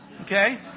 Okay